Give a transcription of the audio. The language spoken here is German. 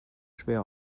schwer